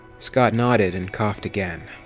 scott nodded and coughed again.